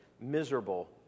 miserable